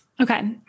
Okay